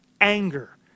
anger